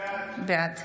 בעד